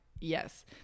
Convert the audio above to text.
yes